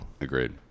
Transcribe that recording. agreed